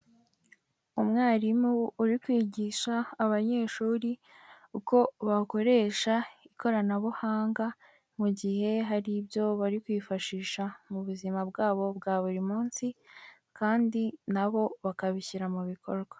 Umwarimu uri kwigisha abanyeshuri uko bakoresha ikoranabuhanga, mu gihe hari ibyo bari kwifashisha mu buzima bwabo bwa buri munsi kandi nabo bakabishyira mu bikorwa.